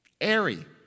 airy